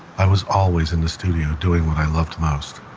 i was always in the studio doing what i loved most.